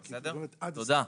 תודה.